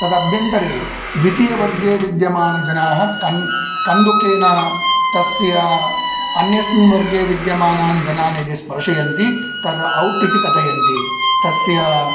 तदभ्यन्तरे द्वितीयवर्गे विद्यमानजनाः कन् कन्दुकेन तस्य अन्यस्मिन् वर्गे विद्यमानान् जनान् यदि स्पर्शयन्ति तर् औट् इति कथयन्ति तस्य